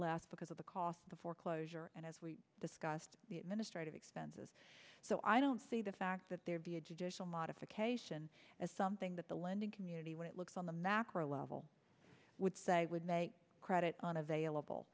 less because of the the foreclosure and as we discussed the administrative expenses so i don't see the fact that there be a judicial modification is something that the lending community when it looks on the macro level i would say would make credit on available